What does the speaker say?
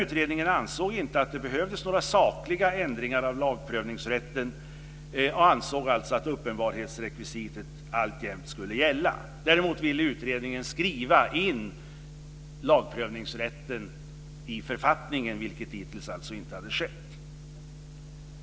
Utredningen ansåg inte att det behövdes några sakliga ändringar av lagprövningsrätten och ansåg att uppenbarhetsrekvisitet alltjämt skulle gälla. Däremot ville utredningen skriva in lagprövningsrätten i författningen, vilket alltså dittills inte hade skett.